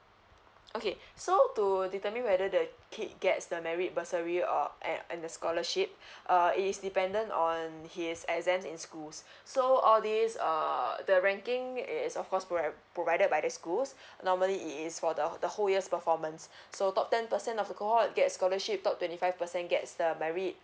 okay so to determine whether the kid gets the merit bursary uh and and the scholarship uh is dependent on his exams in schools so all these err the ranking is of course provided by the schools normally it is for the the whole years performance so top ten percent of the cohort get scholarship top twenty five percent gets the merit